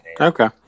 Okay